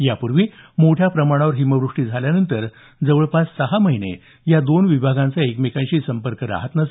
यापूर्वी मोठ्या प्रमाणावर हिमव्रष्टी झाल्यावर जवळपास सहा महिने या दोन विभागांचा एकमेकांशी संपर्क राहत नसे